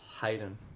Hayden